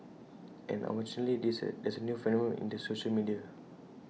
and unfortunately this there is A new phenomenon in the social media